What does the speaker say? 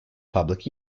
public